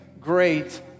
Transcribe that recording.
great